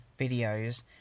videos